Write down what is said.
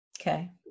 Okay